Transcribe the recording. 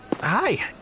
hi